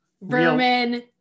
Vermin